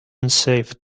unsafe